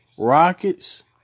Rockets